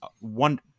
one